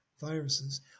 viruses